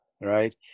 Right